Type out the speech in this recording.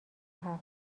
هفت